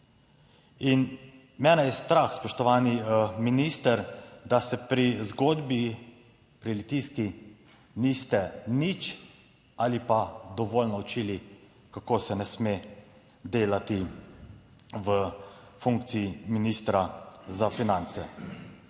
In mene je strah, spoštovani minister, da se pri zgodbi pri Litijski niste nič ali pa dovolj naučili kako se ne sme delati v funkciji ministra za finance.